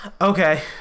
Okay